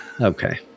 Okay